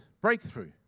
breakthrough